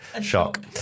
shock